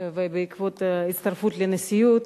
ובעקבות ההצטרפות לנשיאות.